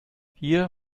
hier